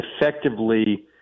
effectively